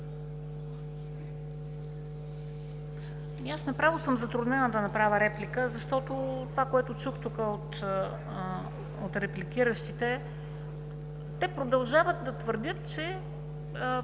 Аз съм затруднена да направя реплика, защото това, което чух тук от репликиращите – те продължават да твърдят, че